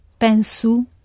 Penso